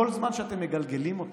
כל זמן שאתם מגלגלים אותה,